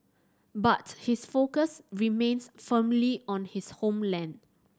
but his focus remains firmly on his homeland